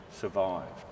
survived